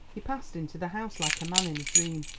he passed into the house like a man in a dream.